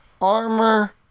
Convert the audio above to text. Armor